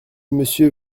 monsieur